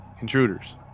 intruders